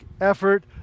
effort